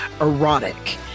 erotic